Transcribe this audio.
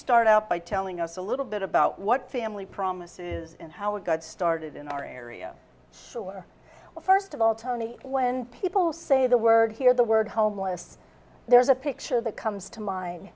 start out by telling us a little bit about what family promise is and how it got started in our area well first of all tony when people say the word here the word homeless there's a picture that comes to mind